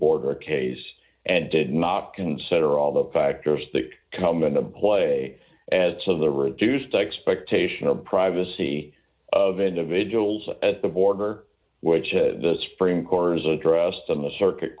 border case and did not consider all the factors that come into play at some of the reduced ringback expectation of privacy of individuals at the border which the spring corps addressed in the circuit